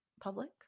public